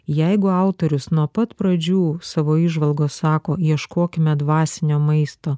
jeigu autorius nuo pat pradžių savo įžvalgos sako ieškokime dvasinio maisto